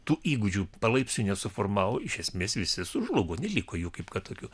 tų įgūdžių palaipsniui nesuformavo iš esmės visi sužlugo neliko jų kaip kad tokių